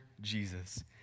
Jesus